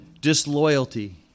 disloyalty